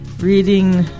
reading